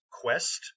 quest